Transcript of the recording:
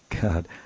god